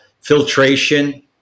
filtration